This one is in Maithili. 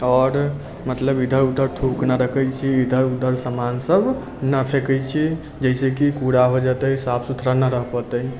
आओर मतलब इधर उधर थूक न रखै छी इधर उधर समान सभ न फेकै छियै जैसे कि कूड़ा हो जेतै साफ सुथरा न रह पतै